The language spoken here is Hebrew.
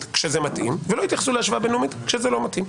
כשזה מתאים ולא יתייחסו להשוואה בין-לאומית כשזה לא מתאים.